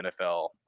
NFL